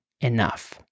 enough